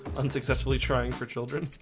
unsuccessfully trying for children